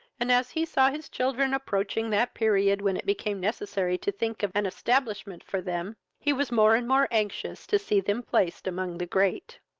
and as he saw his children approaching that period when it became necessary to think of an establishment for them, he was more and more anxious to see them placed among the great.